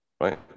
right